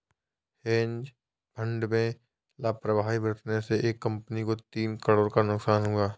hedge fund में लापरवाही बरतने से एक कंपनी को तीन करोड़ का नुकसान हुआ